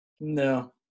No